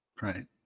Right